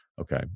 Okay